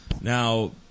now